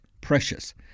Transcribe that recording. precious